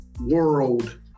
world